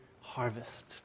harvest